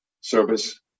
service